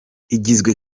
igizwe